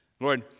Lord